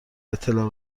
اطلاع